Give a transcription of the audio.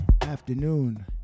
afternoon